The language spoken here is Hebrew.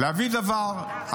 להביא דבר.